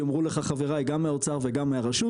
ויאמרו לך חבריי גם מהאוצר וגם מהרשות.